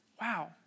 wow